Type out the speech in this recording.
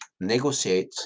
negotiate